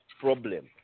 problem